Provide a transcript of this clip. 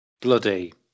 Bloody